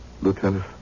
Lieutenant